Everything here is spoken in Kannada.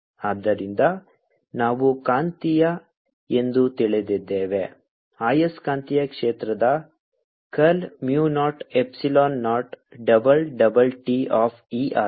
ಆದ್ದರಿಂದ ನಾವು ಕಾಂತೀಯ ಎಂದು ತಿಳಿದಿದ್ದೇವೆ ಆಯಸ್ಕಾಂತೀಯ ಕ್ಷೇತ್ರದ curl mu nought epsilon nought double double T of E ಆಗಿದೆ